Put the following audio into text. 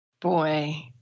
Boy